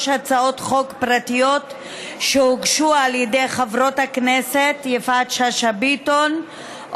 הצעות חוק פרטיות שהוגשו על ידי חברות הכנסת יפעת שאשא ביטון,